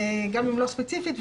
גם אם לא ספציפית,